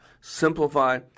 Simplify